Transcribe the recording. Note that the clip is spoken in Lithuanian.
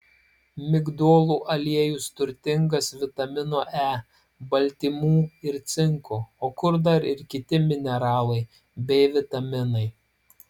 migdolų aliejus turtingas vitamino e baltymų ir cinko o kur dar ir kiti mineralai bei vitaminai